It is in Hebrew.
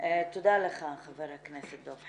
תודה לך, חבר הכנסת דב חנין.